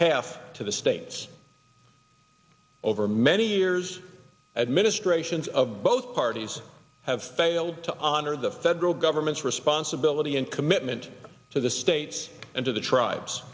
half to the states over many years administrations of both parties have failed to honor the federal government's responsibility and commitment to the states and to the tribes